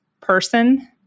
person